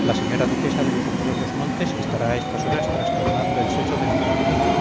la señora duquesa de los umbrosos montes estará a estas horas trastornando el seso de mi buen amigo